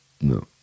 no